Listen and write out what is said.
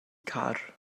car